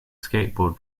skateboard